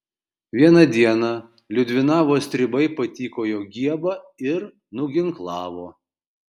vieną dieną liudvinavo stribai patykojo giebą ir nuginklavo